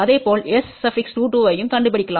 இதேபோல் S22ஐயும் கண்டுபிடிக்கலாம்